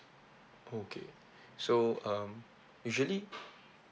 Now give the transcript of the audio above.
okay so um usually